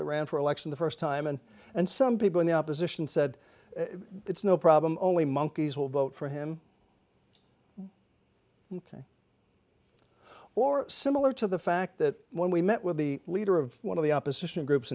ran for election the first time and and some people in the opposition said it's no problem only monkeys will vote for him or similar to the fact that when we met with the leader of one of the opposition groups